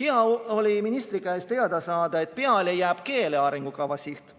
Hea oli ministri käest teada saada, et peale jääb keele arengukava siht.